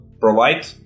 provide